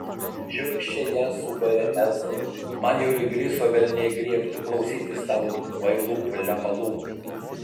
šiurkščiai ją subarė ezra man jau įgriso velniai griebtų klausytis tavo kvailų plepalų